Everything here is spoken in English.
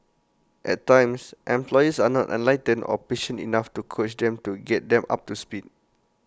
at times employers are not enlightened or patient enough to coach them to get them up to speed